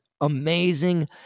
amazing